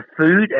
food